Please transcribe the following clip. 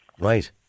right